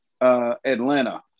Atlanta